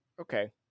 okay